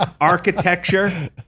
Architecture